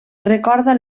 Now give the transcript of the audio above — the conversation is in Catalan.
recorda